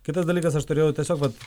kitas dalykas aš turėjau tiesiog vat